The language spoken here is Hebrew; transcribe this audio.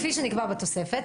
כפי שנקבע בתוספת.